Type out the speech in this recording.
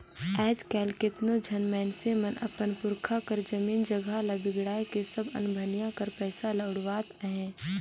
आएज काएल केतनो झन मइनसे मन अपन पुरखा कर जमीन जगहा ल बिगाएड़ के सब अनभनिया कर पइसा ल उड़ावत अहें